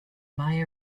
buy